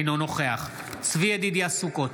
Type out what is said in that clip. אינו נוכח צבי ידידיה סוכות,